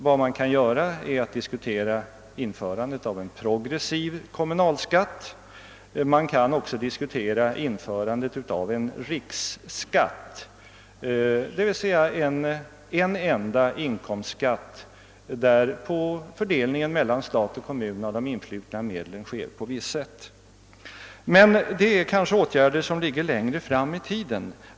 Vad man kan göra är att diskutera införande av en progressiv kommunalskatt. Man kan också diskutera införande av en riksskatt, d. v. s. en enda inkomstskatt där de influtna medlen fördelas mellan stat och kommun på visst sätt. Men det är kanske åtgärder som ligger längre fram i tiden.